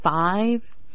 five